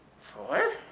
Four